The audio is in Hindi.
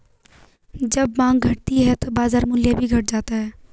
जब माँग घटती है तो बाजार मूल्य भी घट जाता है